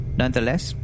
Nonetheless